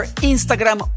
Instagram